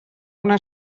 una